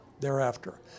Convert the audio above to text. thereafter